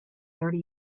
thirty